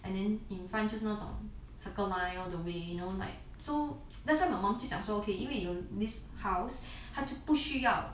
and then in front 就是那种 circle line all the way you know like so that's why my mum 就讲说 okay 因为有 this house 他就不需要